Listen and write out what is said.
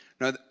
Now